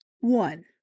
One